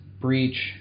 breach